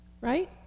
Right